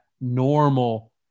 normal